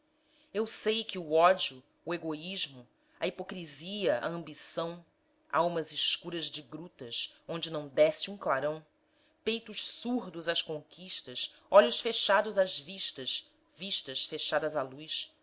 eu sei que o ódio o egoísmo a hipocrisia a ambição almas escuras de grutas onde não desce um clarão peitos surdos às conquistas olhos fechados às vistas vistas fechadas à luz